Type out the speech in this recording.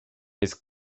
his